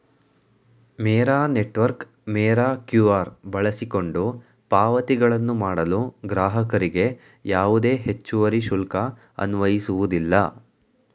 ಮೇರಾ network Mera QR ಬಳಸಿಕೊಂಡು ಪಾವತಿಗಳನ್ನು ಮಾಡಲು ಗ್ರಾಹಕರಿಗೆ ಯಾವುದೇ ಹೆಚ್ಚುವರಿ ಶುಲ್ಕ ಅನ್ವಯಿಸುವುದಿಲ್ಲ